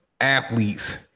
athletes